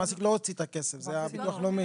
המעסיק לא הוציא את הכסף, זה הביטוח הלאומי.